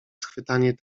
schwytanie